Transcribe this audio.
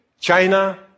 China